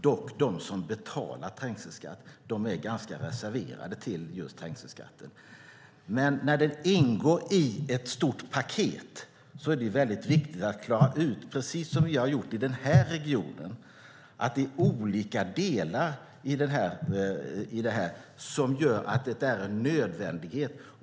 Dock är de som betalar trängselskatt ganska reserverade till den. När trängselskatten ingår i ett stort paket är det viktigt att klara ut, precis som vi har gjort i denna region, att det är olika delar som gör att den är en nödvändighet.